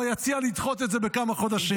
או יציע לדחות את זה בכמה חודשים.